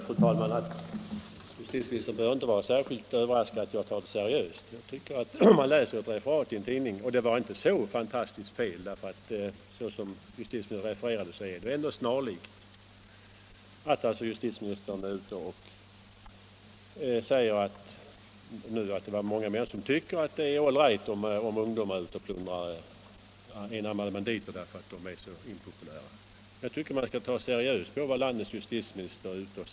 Fru talman! Jag tycker inte att justitieministern behöver vara överraskad över att jag har tagit denna sak seriöst. Här läser man i tidningarna — och det var inte så fantastiskt felaktigt skrivet; såsom justitieministern här har refererat det var det ändå ganska snarlikt — att justitieministern uttalat att många människor tycker det är all right om ungdomarna är ute och plundrar enarmade banditer, apparaterna är så impopulära. Och jag tycker då att man skall ta seriöst på vad landets justitieminister uttalar.